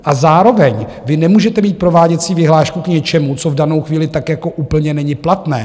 A zároveň vy nemůžete mít prováděcí vyhlášku k něčemu, co v danou chvíli tak jako úplně není platné.